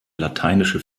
lateinische